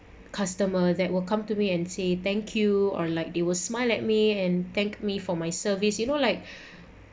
customer that will come to me and say thank you or like they will smile at me and thank me for my service you know like